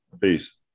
Peace